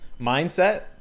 Mindset